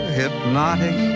hypnotic